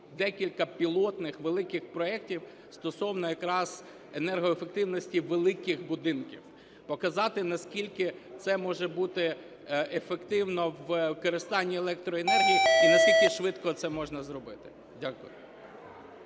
декілька пілотних великих проектів стосовно якраз енергоефективності великих будинків, показати, наскільки це може бути ефективно в використанні електроенергії і наскільки швидко це можна зробити. Дякую.